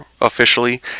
officially